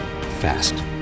Fast